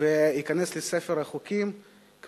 וייכנס לספר החוקים,